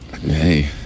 Hey